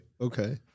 Okay